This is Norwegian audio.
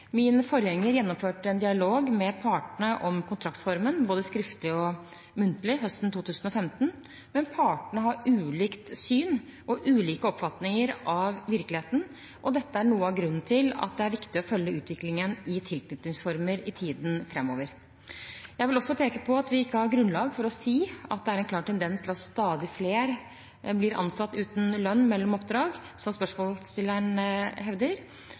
Min forgjenger gjennomførte dialog med partene om kontraktsformen, både skriftlig og muntlig, høsten 2015, men partene har ulikt syn og ulike oppfatninger av virkeligheten. Dette er noe av grunnen til at det er viktig å følge utviklingen i tilknytningsformer i tiden framover. Jeg vil også peke på at vi ikke har grunnlag for å si at det er en klar tendens til at «stadig flere blir ansatt uten lønn mellom oppdrag», som spørsmålsstilleren hevder.